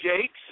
Jakes